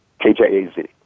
KJAZ